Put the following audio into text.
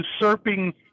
usurping